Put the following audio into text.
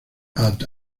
abd